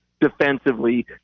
defensively